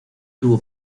tuvo